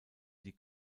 die